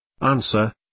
Answer